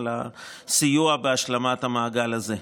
על הסיוע בהשלמת המעגל הזה.